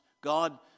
God